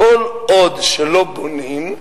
כל עוד לא בונים,